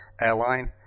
airline